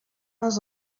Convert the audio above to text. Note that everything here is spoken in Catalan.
les